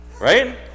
Right